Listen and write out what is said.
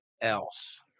else